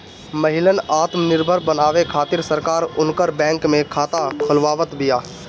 महिलन आत्मनिर्भर बनावे खातिर सरकार उनकर बैंक में खाता खोलवावत बिया